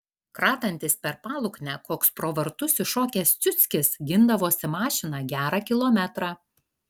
kratantis per paluknę koks pro vartus iššokęs ciuckis gindavosi mašiną gerą kilometrą